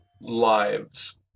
lives